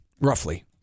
roughly